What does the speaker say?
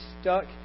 stuck